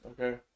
Okay